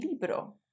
libro